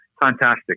Fantastic